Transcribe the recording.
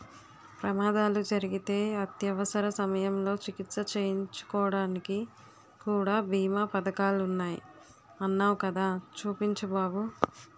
ప్రమాదాలు జరిగితే అత్యవసర సమయంలో చికిత్స చేయించుకోడానికి కూడా బీమా పదకాలున్నాయ్ అన్నావ్ కదా చూపించు బాబు